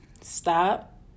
stop